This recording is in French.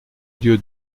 dieu